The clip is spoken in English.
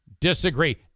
Disagree